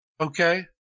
okay